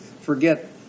forget